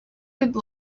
good